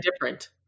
different